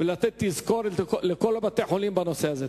ולתת תזכורת לכל בתי-החולים בנושא הזה.